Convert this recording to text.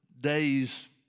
day's